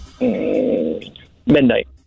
Midnight